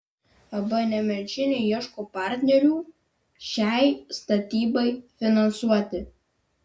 ab nemenčinė ieško partnerių šiai statybai finansuoti